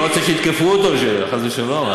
לא רוצה שיתקפו אותו, חס ושלום.